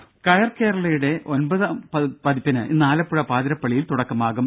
രും കയർ കേരളയുടെ ഒൻപതാം പതിപ്പിന് ഇന്ന് ആലപ്പുഴ പാതിരപ്പള്ളിയിൽ തുടക്കമാകും